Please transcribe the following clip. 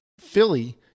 Philly